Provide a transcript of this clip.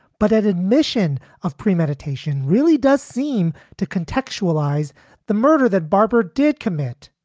but an admission of premeditation really does seem to contextualize the murder that barbara did commit.